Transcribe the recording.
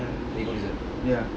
ya ya